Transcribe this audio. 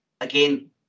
again